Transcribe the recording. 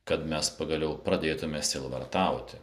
kad mes pagaliau pradėtume sielvartauti